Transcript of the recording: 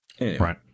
right